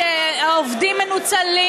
שהעובדים מנוצלים,